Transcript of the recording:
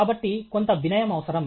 కాబట్టి కొంత వినయం అవసరం